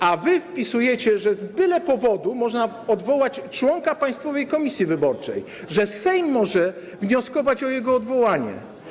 A wy wpisujecie, że z byle powodu można odwołać członka Państwowej Komisji Wyborczej, że Sejm może wnioskować o jego odwołanie.